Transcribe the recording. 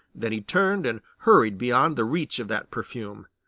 then he turned and hurried beyond the reach of that perfume.